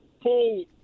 pull